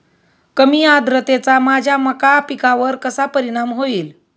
कमी आर्द्रतेचा माझ्या मका पिकावर कसा परिणाम होईल?